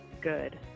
good